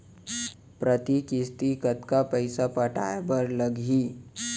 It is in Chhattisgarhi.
प्रति किस्ती कतका पइसा पटाये बर लागही?